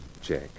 Check